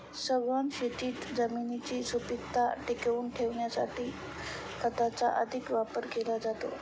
सघन शेतीत जमिनीची सुपीकता टिकवून ठेवण्यासाठी खताचा अधिक वापर केला जातो